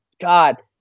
God